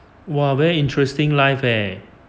!wah! very interesting life eh